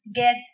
get